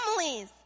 families